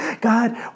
God